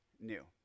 new